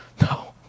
no